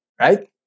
right